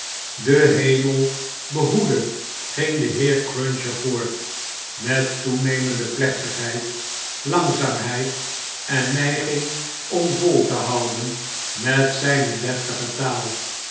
de hemel behoede ging de heer cruncher voort met toenemend plechtigheid langzaamheid en neiging om vol te houden met zpe deftige taal